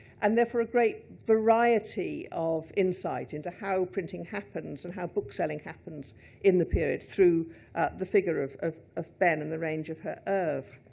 and therefore a great variety of insight into how printing happens and how bookselling happens in the period through the figure of of behn and the range of her oeuvre.